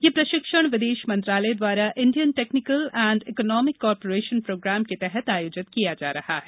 यह प्रशिक्षण विदेश मंत्रालय द्वारा Indian Technical and Economic Cooperation Programme के तहत आयोजित किया जा रहा है